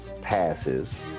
passes